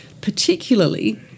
particularly